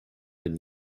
been